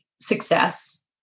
success